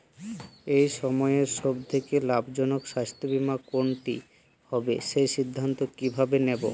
এই সময়ের সব থেকে লাভজনক স্বাস্থ্য বীমা কোনটি হবে সেই সিদ্ধান্ত কীভাবে নেব?